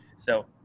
so,